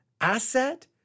asset